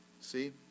See